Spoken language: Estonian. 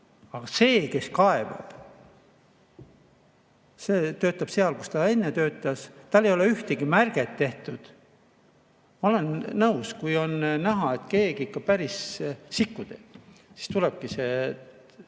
aga see, kes kaebas, töötab seal, kus ta enne töötas, talle ei ole ühtegi märget tehtud. Ma olen nõus, kui on näha, et keegi ikka päris sikku teeb, siis tulebki